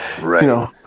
Right